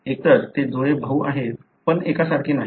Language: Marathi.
एकतर ते जुळे भाऊ आहेत पण एकसारखे नाहीत